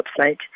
website